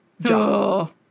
job